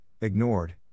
ignored